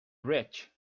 rich